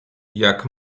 jak